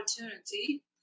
opportunity